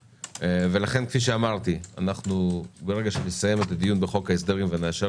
לכן כאמור ברגע שנסיים את הדיון בחוק ההסדרים ונאשר